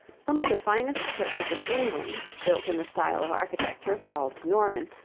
some of the finest churches in england, built in the style of architecture called norman,